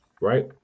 right